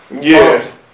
yes